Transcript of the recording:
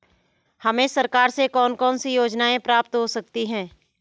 हमें सरकार से कौन कौनसी योजनाएँ प्राप्त हो सकती हैं?